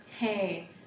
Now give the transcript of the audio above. Hey